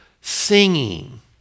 singing